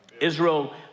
Israel